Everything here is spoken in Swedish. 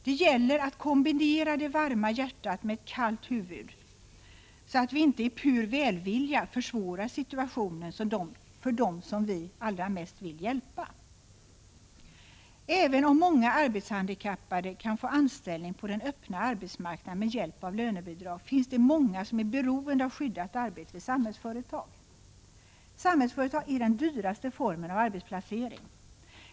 Det gäller att kombinera det varma hjärtat med kallt huvud, så att vi av pur välvilja inte försvårar för dem som vi allra helst vill hjälpa. Även om en stor del arbetshandikappade kan få anställning på den öppna arbetsmarknaden med hjälp av lönebidrag, finns det många som är beroende av skyddat arbete vid Samhällsföretag. Samhällsföretag är den dyraste formen av arbetsplacering.